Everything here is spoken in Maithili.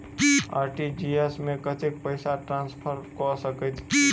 आर.टी.जी.एस मे कतेक पैसा ट्रान्सफर कऽ सकैत छी?